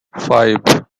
five